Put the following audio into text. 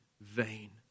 vain